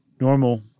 normal